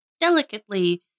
delicately